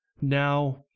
Now